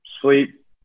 sleep